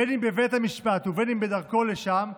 בין שבבית המשפט ובין שבדרכו לשם,